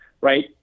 Right